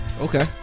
Okay